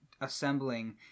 assembling